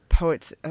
poets